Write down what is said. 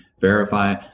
verify